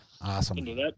Awesome